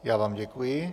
Já vám děkuji.